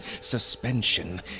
suspension